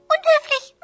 Unhöflich